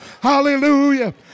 Hallelujah